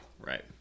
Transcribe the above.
Right